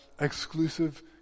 exclusive